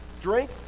drink